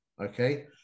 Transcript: Okay